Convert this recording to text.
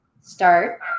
start